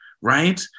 right